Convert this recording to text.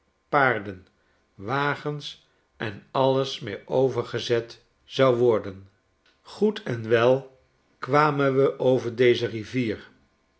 paarden wagens en alles mee overgezet zou worden goed en wel kwamen we over deze rivier